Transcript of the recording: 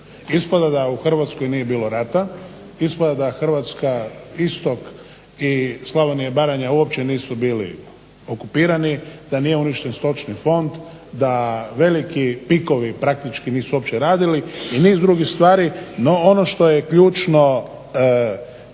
Ispada da u Hrvatskoj nije bilo rata, ispada da Hrvatska istok i Slavonija i Baranja uopće nisu bili okupirani, da nije uništen stočni fond, da veliki PIK-ovi praktički nisu uopće radili i niz drugih stvari. No, ono što je ključno